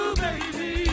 baby